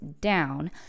down